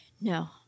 no